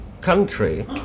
country